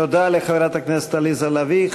תודה לחברת הכנסת עליזה לביא.